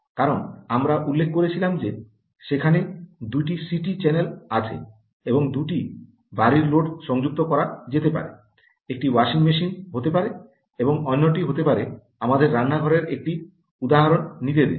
কারণ আমরা উল্লেখ করেছিলাম যে সেখানে 2 টি সিটি চ্যানেল আছে এবং 2 টি বাড়ির লোড সংযুক্ত করা যেতে পারে একটি ওয়াশিং মেশিন হতে পারে এবং অন্যটি আমাদের রান্নাঘরের একটি উদাহরণ হতে পারে